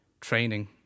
training